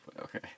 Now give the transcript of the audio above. Okay